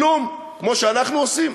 כלום, כמו שאנחנו עושים?